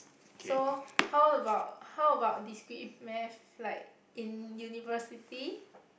so how about how about discrete math like in university